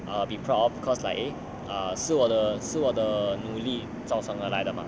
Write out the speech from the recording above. err be proud of because like eh 是我的是我的努力造成而来的哦